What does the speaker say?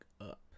up